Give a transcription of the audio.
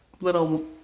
little